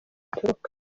aturuka